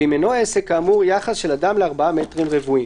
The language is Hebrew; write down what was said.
ואם אינו עסק כאמור, יחס של אדם ל-4 מטרים רבועים,